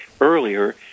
earlier